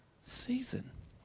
season